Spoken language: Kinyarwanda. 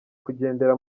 kugendera